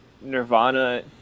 Nirvana